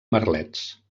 merlets